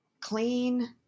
clean